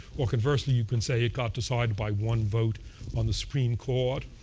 or conversely, you can say it got decided by one vote on the supreme court.